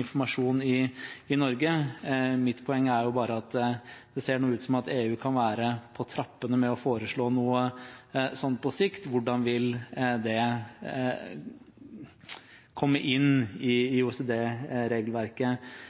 informasjon i Norge. Mitt poeng er jo bare at det nå ser ut som om det kan være på trappene for EU å foreslå noe sånt på sikt – og hvordan vil det komme inn i